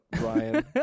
Ryan